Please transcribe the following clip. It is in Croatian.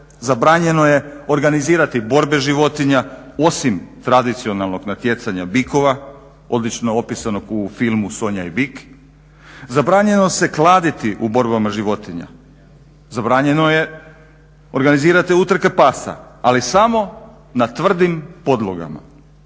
zabranjeno je organizirati borbe životinja osim tradicionalnog natjecanja bikova, odlično opisnog u filmu "Sonja i bik", zabranjeno se kladiti u borbama životinja, zabranjeno je organizirati utrke pasa ali samo na tvrdim podlogama.